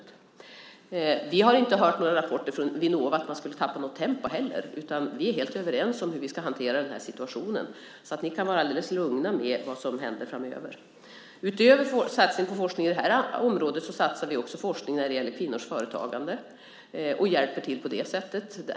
Vi har heller inte hört några rapporter från Vinnova om att man skulle tappa tempo, utan vi är helt överens om hur vi ska hantera den här situationen. Ni kan alltså vara alldeles lugna när det gäller vad som ska hända framöver. Utöver satsning på forskning på det här området satsar vi också på forskning när det gäller kvinnors företagande och hjälper till på det sättet.